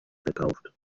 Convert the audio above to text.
verkauft